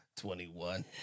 21